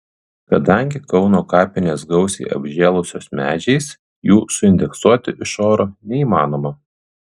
kadangi kauno kapinės gausiai apžėlusios medžiais jų suindeksuoti iš oro neįmanoma